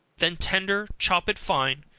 when tender, chop it fine,